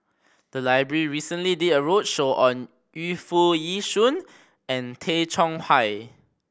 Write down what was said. the library recently did a roadshow on Yu Foo Yee Shoon and Tay Chong Hai